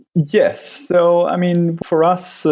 yes. so i mean, for us, so